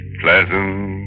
pleasant